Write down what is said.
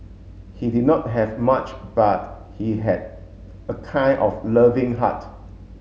he did not have much but he had a kind of loving heart